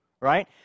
right